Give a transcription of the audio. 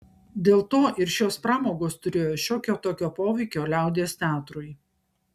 dėl to ir šios pramogos turėjo šiokio tokio poveikio liaudies teatrui